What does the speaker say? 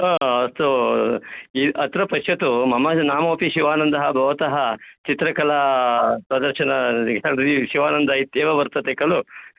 ह अस्तु इ अत्र पश्यतु मम नाम अपि शिवानन्दः भवतः चित्रकलाप्रदर्शनगेलरी शिवानन्दः इत्येव वर्तते खलु